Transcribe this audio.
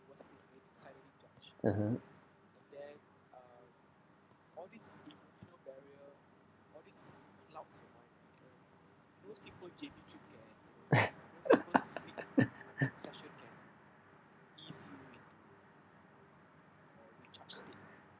(uh huh)